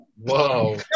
Wow